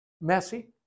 messy